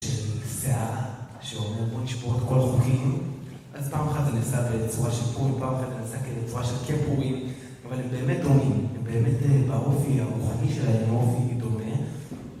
...של נסיעה שאומר בוא נשבור את כל החוקים אז פעם אחת אתה נעשה בצורה של קול פעם אחת אתה נסיעה בצורה של כיפורים אבל הם באמת דומים הם באמת באופי הרוחני שלהם הם אופי דומה